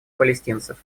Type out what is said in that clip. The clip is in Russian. палестинцев